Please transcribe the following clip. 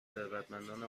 ثروتمندان